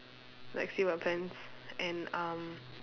like see my friends and um